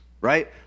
right